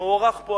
שמוערך פה,